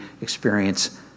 experience